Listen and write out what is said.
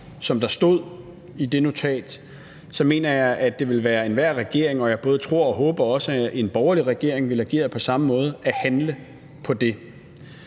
som der var i det notat, ville enhver regering, og jeg både tror og håber også, at en borgerlig regering ville agere på samme måde, skulle handle på det.